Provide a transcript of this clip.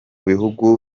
bihugu